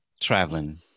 traveling